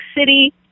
City